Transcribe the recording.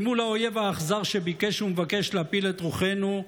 אל מול האויב האכזר שביקש ומבקש להפיל את רוחנו,